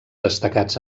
destacats